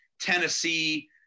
Tennessee